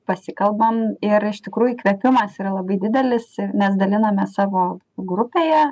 pasikalbam ir iš tikrųjų įkvėpimas yra labai didelis nes dalinamės savo grupėje